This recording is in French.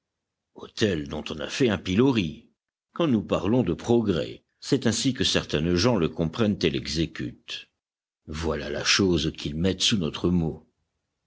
autel dont on a fait un pilori quand nous parlons de progrès c'est ainsi que certaines gens le comprennent et l'exécutent voilà la chose qu'ils mettent sous notre mot